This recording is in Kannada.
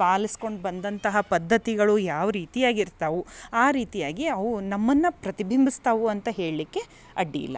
ಪಾಲಿಸ್ಕೊಂಡು ಬಂದಂತಹ ಪದ್ಧತಿಗಳು ಯಾವ ರೀತಿಯಾಗಿರ್ತವು ಆ ರೀತಿಯಾಗಿ ಅವು ನಮ್ಮನ್ನ ಪ್ರತಿಬಿಂಬ್ಸ್ತವು ಅಂತ ಹೇಳಲಿಕ್ಕೆ ಅಡ್ಡಿ ಇಲ್ಲ